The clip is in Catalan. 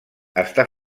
està